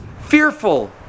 fearful